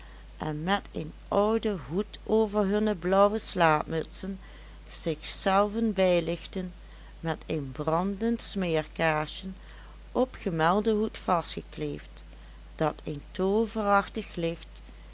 en met een ouden hoed over hunne blauwe slaapmutsen zichzelven bijlichtten met een brandend smeerkaarsjen op gemelden hoed vastgekleefd dat een tooverachtig licht